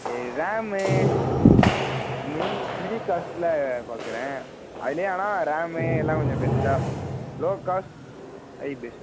சரி ரேமு mini mini காஸ்ட்டில் பார்க்குறேன் அதிலியே ஆனால் ரேமு எல்லாம் கொஞ்சம் பெஸ்ட்டாக லோ காஸ்ட் ஹை பெஸ்ட்